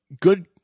good